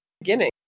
beginning